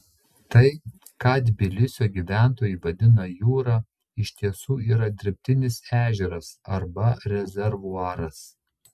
tai ką tbilisio gyventojai vadina jūra iš tiesų yra dirbtinis ežeras arba rezervuaras